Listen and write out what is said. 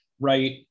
right